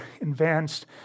advanced